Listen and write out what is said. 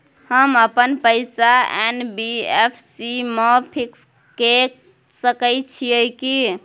हम अपन पैसा एन.बी.एफ.सी म फिक्स के सके छियै की?